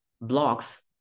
blocks